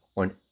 on